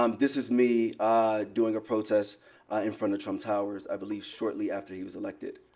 um this is me doing a protest in front of trump towers, i believe shortly after he was elected.